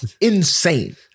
Insane